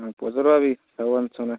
ନାଇଁ ହେବନ୍ ସମୟ